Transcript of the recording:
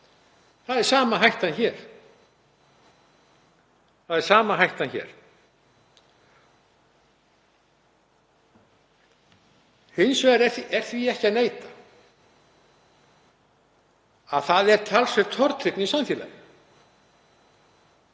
Það er sama hættan hér. Hins vegar er því ekki að neita að það er talsverð tortryggni í samfélaginu,